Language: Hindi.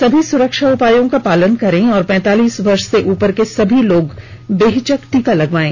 सभी सुरक्षा उपायों का पालन करें और पैंतालीस वर्ष से उपर के सभी लोग बेहिचक टीका लगवायें